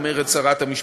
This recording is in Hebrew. אומרת שרת המשפטים,